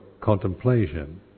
contemplation